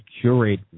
curate